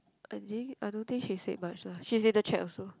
I didn't I don't think she said much lah she's in the chat also